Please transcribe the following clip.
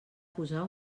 posar